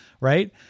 right